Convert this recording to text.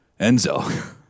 Enzo